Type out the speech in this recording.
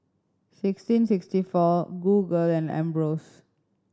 sixteen sixty four Google and Ambros